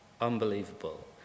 Unbelievable